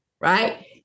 right